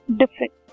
different